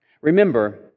Remember